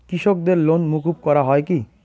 কৃষকদের লোন মুকুব করা হয় কি?